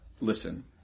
Listen